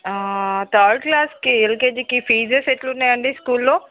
third క్లాస్కి ఎల్కేజికి fees ఎలా ఉన్నాయి అండి స్కూల్లో